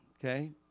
Okay